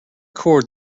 cord